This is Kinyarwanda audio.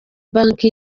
banki